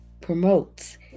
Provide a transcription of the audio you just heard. promotes